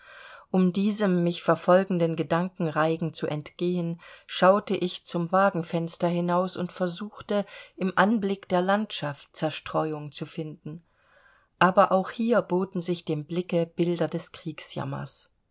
um diesem mich verfolgenden gedankenreigen zu entgehen schaute ich zum wagenfenster hinaus und versuchte im anblick der landschaft zerstreuung zu finden aber auch hier boten sich dem blicke bilder des kriegsjammers